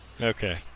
Okay